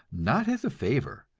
not as a favor,